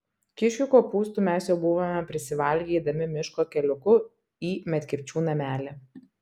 kiškių kopūstų mes jau buvome prisivalgę eidami miško keliuku į medkirčių namelį